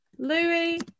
louis